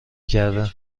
کرده